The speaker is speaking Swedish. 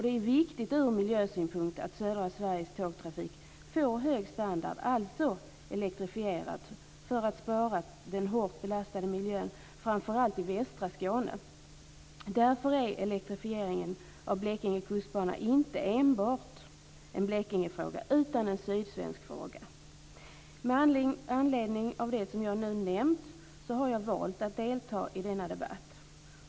Det är viktigt ur miljösynpunkt att södra Sveriges tågtrafik får hög standard, dvs. elektrifieras, för att spara den hårt belastade miljön, framför allt i västra Skåne. Därför är elektrifieringen av Blekinge kustbana inte enbart en Blekingefråga utan också en sydsvensk fråga. Det som jag nu har nämnt var anledningen till att jag valde att delta i denna debatt.